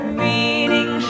meaning